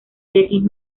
jenkins